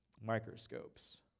microscopes